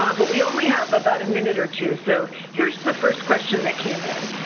um but we only have about a minute or two. so here's the first question that came in.